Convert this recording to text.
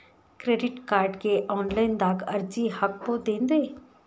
Credit ಕಾರ್ಡ್ಗೆ online ದಾಗ ಅರ್ಜಿ ಹಾಕ್ಬಹುದೇನ್ರಿ?